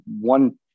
one